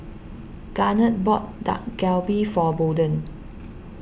Garnet bought Dak Galbi for Bolden